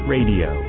Radio